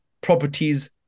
properties